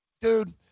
Dude